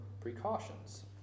precautions